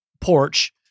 porch